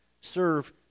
serve